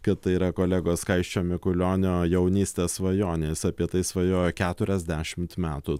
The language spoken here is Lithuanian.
kad tai yra kolegos skaisčio mikulionio jaunystės svajonės apie tai svajojo keturiasdešimt metų